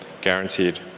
guaranteed